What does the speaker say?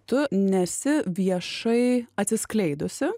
tu nesi viešai atsiskleidusi